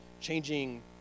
changing